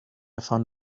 found